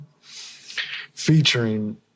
featuring